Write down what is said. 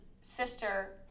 sister